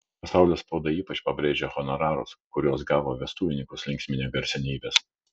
pasaulio spauda ypač pabrėžia honorarus kuriuos gavo vestuvininkus linksminę garsenybės